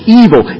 evil